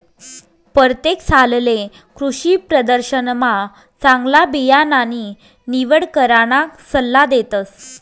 परतेक सालले कृषीप्रदर्शनमा चांगला बियाणानी निवड कराना सल्ला देतस